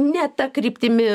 ne ta kryptimi